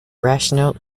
rational